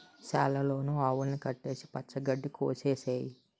సాల లోన ఆవుల్ని కట్టేసి పచ్చ గడ్డి కోసె ఏసేయ్